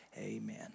amen